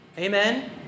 Amen